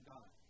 God